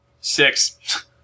Six